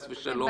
חס ושלום.